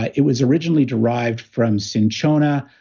it was originally derived from cinchona,